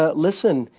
ah listen,